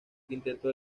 quinteto